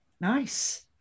Nice